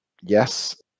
yes